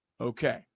Okay